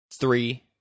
three